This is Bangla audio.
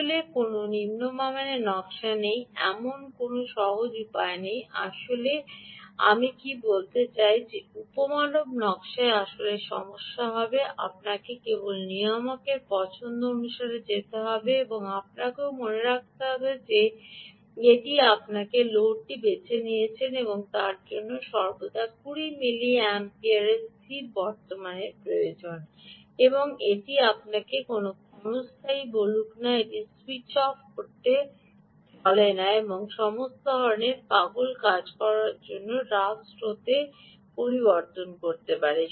আসলে কোনও নিম্নমানের নকশা নেই এমন কোনও সহজ উপায় নেই আসলে আমি কি বলতে চাই একটি উপ মানক নকশায় আসলেই সমস্যা হবে আপনাকে কেবল নিয়ামকের পছন্দ অনুসারে যেতে হবে এবং আপনাকেও মনে রাখতে হবে যে এটি আপনি যে লোডটি বেছে নিয়েছেন তার জন্য সর্বদা এই 20 মিলিঅ্যাম্পিয়ারের স্থির বর্তমানের প্রয়োজন হবে এবং এটি আপনাকে কোনও ক্ষণস্থায়ী বলুক না এটি স্যুইচ অফ করে চলে না এবং সমস্ত ধরণের পাগল কাজ করে যা যা আপনি কি রাশ স্রোতে এই রাশ স্রোতগুলি প্রবর্তন করতে পারবেন